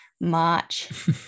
March